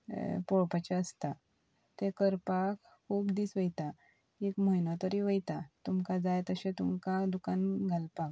पळोवपाचें आसता तें करपाक खूब दीस वयता एक म्हयनो तरी वयता तुमकां जाय तशें तुमकां दुकान घालपाक